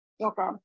Okay